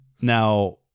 Now